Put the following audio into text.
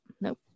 Nope